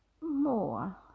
more